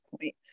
point